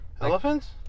Elephants